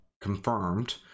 confirmed